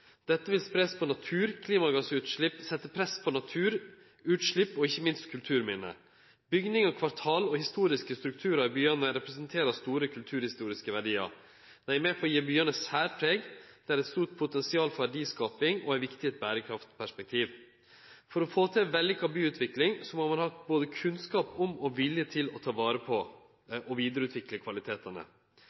Dette vil setje press på natur, klimagassutslepp og ikkje minst kulturminne. Bygningar, kvartal og historiske strukturar i byane representerer store kulturhistoriske verdiar. Dei er med på å gi byane særpreg. Dei gir eit stort potensial for verdiskaping og er viktige i eit berekraftperspektiv. For å få til vellykka byutvikling må ein ha både kunnskap om og vilje til å ta vare på og vidareutvikle kvalitetane.